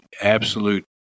absolute